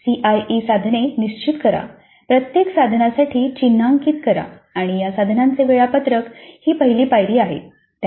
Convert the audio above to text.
CIE साधने निश्चित करा प्रत्येक साधना साठी चिन्हांकित करा आणि या साधनांचे वेळापत्रक ही पहिली पायरी आहे